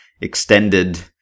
extended